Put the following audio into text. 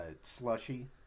slushy